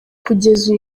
kugeza